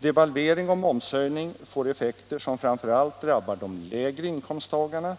Devalvering och momshöjning får effekter som framför allt drabbar de lägre inkomsttagarna,